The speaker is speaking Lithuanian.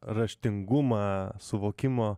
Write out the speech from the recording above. raštingumą suvokimo